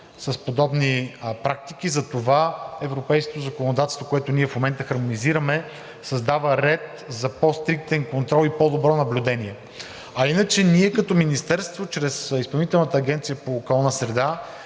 с подобни практики, затова европейското законодателство, което ние в момента хармонизираме, създава ред за по-стриктен контрол и по-добро наблюдение. А иначе ние като Министерство чрез Изпълнителната агенция по околна среда,